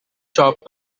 shop